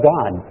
God